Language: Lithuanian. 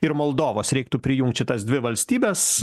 ir moldovos reiktų prijungt šitas dvi valstybes